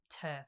turf